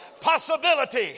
possibility